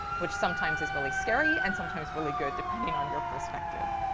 which sometimes is really scary and sometimes really good depending on your perspective.